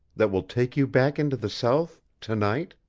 that will take you back into the south to-night?